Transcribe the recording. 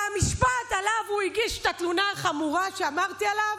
והמשפט שעליו הוא הגיש את התלונה החמורה זה המשפט שאמרתי עליו: